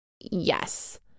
Yes